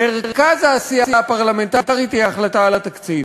מרכז העשייה הפרלמנטרית הוא החלטה על התקציב,